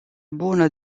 bună